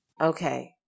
Okay